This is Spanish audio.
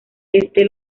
éste